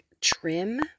trim